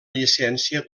llicència